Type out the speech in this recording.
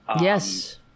Yes